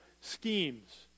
schemes